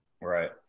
Right